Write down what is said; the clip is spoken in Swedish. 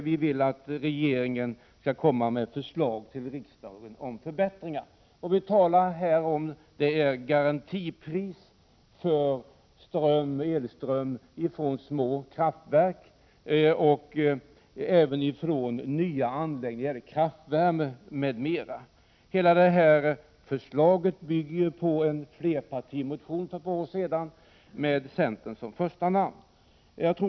Vi vill att regeringen skall komma med förslag till riksdagen om sådana förbättringar. Vad vi här talar om är ett garantipris för elström från små kraftverk och även från nya anläggningar för kraftvärme m.m. Detta förslag bygger på en flerpartimotion för ett par år sedan med centern som första namn.